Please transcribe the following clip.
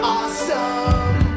awesome